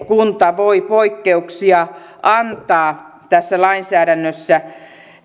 kunta voi poikkeuksia antaa tässä lainsäädännössä